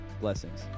Blessings